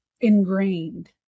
ingrained